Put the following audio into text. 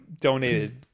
donated